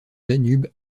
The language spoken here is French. danube